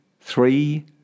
three